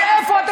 עד איפה אתם